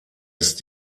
ist